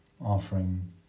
offering